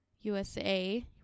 USA